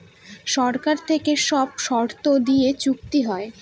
সরকার থেকে সব শর্ত দিয়ে চুক্তি হয়